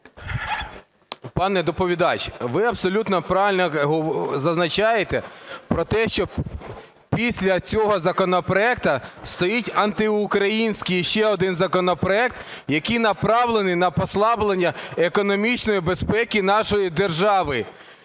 Пане доповідач, ви абсолютно правильно зазначаєте про те, що після цього законопроекту стоїть антиукраїнський ще один законопроект, який направлений на послаблення економічної безпеки нашої держави.